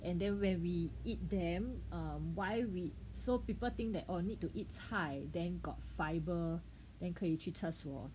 and then when we eat them um why we so people think that oh need to eat 菜 then got fiber then 可以去厕所